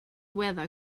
weather